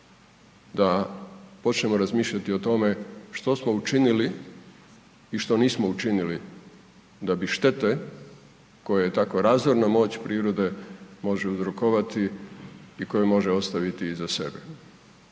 da počnemo razmišljati o tome što smo učinili i što nismo učinili da bi štete koje tako razorna moć prirode može uzrokovati i koje može ostaviti iza sebe.